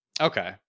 Okay